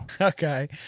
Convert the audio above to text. okay